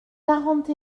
quarante